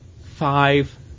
five